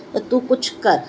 त तूं कुझु कर